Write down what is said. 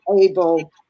able